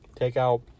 takeout